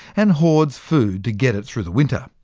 and hoards food to get it through the winter.